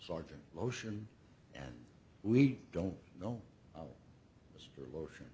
sergeant lotion and we don't know mr lotion